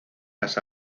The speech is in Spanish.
las